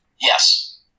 Yes